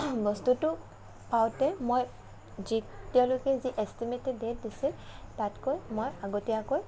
বস্তুটো পাওঁতে মই যি তেওঁলোকে যি এষ্টিমেটেড ডেট দিছিল তাতকৈ মই আগতীয়াকৈ